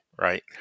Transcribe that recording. right